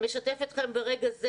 משתף אתכם ברגע זה,